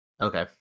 Okay